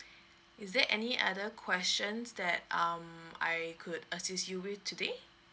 is there any other questions that um I could assist you with today